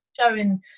showing